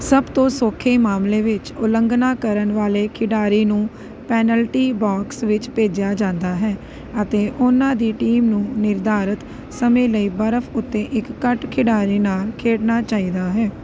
ਸਭ ਤੋਂ ਸੌਖੇ ਮਾਮਲੇ ਵਿੱਚ ਉਲੰਘਣਾ ਕਰਨ ਵਾਲੇ ਖਿਡਾਰੀ ਨੂੰ ਪੈਨਲਟੀ ਬਾਕਸ ਵਿੱਚ ਭੇਜਿਆ ਜਾਂਦਾ ਹੈ ਅਤੇ ਉਹਨਾਂ ਦੀ ਟੀਮ ਨੂੰ ਨਿਰਧਾਰਤ ਸਮੇਂ ਲਈ ਬਰਫ਼ ਉੱਤੇ ਇੱਕ ਘੱਟ ਖਿਡਾਰੀ ਨਾਲ ਖੇਡਣਾ ਚਾਹੀਦਾ ਹੈ